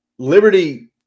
Liberty